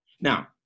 Now